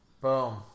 Boom